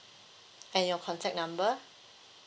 and your contact number